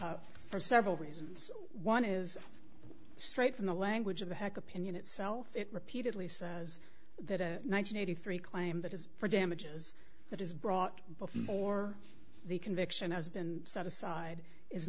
for several reasons one is straight from the language of the heck opinion itself it repeatedly says that a nine hundred eighty three claim that is for damages that is brought before the conviction has been set aside is